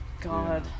God